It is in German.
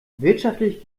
wirtschaftlich